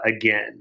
again